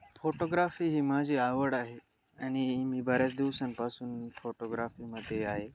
photography ही माझी आवड आहे आणि मी बऱ्याच दिवसांपासून फोटोग्राफीमध्ये आहे